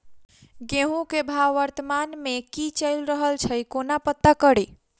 गेंहूँ केँ भाव वर्तमान मे की चैल रहल छै कोना पत्ता कड़ी?